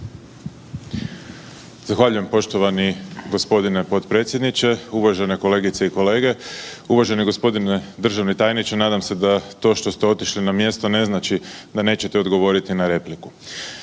Zahvaljujem poštovani gospodine potpredsjedniče. Uvažene kolegice i kolege, uvaženi gospodine državni tajniče. Nadam se da to što ste otišli na mjesto ne znači da nećete odgovoriti na repliku.